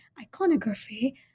iconography